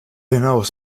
hinaus